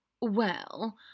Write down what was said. Well